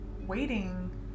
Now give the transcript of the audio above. waiting